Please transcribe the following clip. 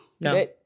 no